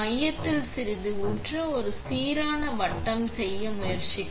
மையத்தில் சிறிது ஊற்ற ஒரு சீரான வட்டம் செய்ய முயற்சி